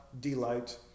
delight